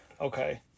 Okay